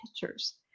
pictures